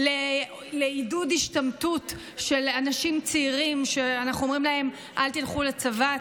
לעידוד השתמטות של אנשים צעירים שאנחנו אומרים להם: אל תלכו לצבא,